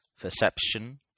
Perception